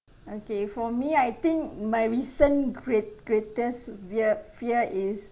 okay for me I think my recent great greatest vear~ fear is